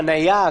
חנייה,